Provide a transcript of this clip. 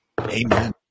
Amen